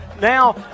now –